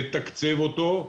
לתקצב אותו,